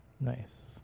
nice